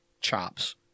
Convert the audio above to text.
chops